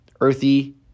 Earthy